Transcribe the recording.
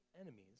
enemies